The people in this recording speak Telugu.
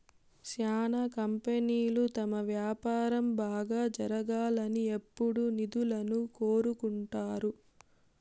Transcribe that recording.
శ్యానా కంపెనీలు తమ వ్యాపారం బాగా జరగాలని ఎప్పుడూ నిధులను కోరుకుంటారు